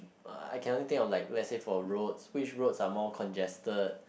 uh I can only think of like let's say for roads which roads are more congested